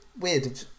weird